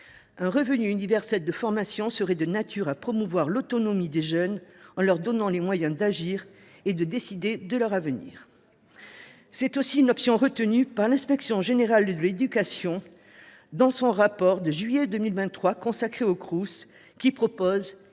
Un revenu universel de formation serait de nature à promouvoir l’autonomie des jeunes, en leur donnant les moyens d’agir et de décider de leur avenir. » C’est aussi une option retenue par l’inspection générale de l’éducation, du sport et de la recherche dans son rapport